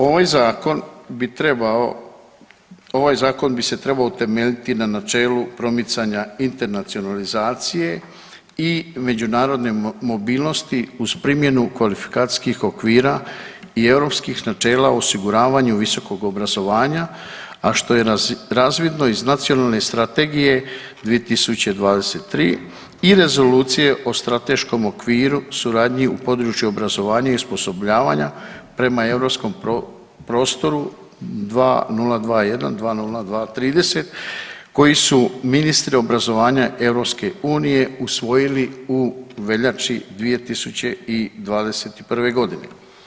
Ovaj zakon bi trebao, ovaj zakon bi se trebao utemeljiti na načelu promicanja internacionalizacije i međunarodne mobilnosti uz primjenu kvalifikacijskih okvira i europskih načela u osiguravanju visokog obrazovanja, a što je razvidno iz Nacionalne strategije 2023. i Rezolucije o strateškom okviru suradnji u području obrazovanja i osposobljavanja prema europskom prostoru 202120230 koji su ministri obrazovanja EU usvojili u veljači 2021. godine.